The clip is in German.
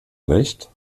recht